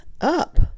up